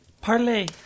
Parley